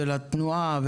ולתנועה,